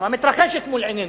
המתרחשת מול עינינו,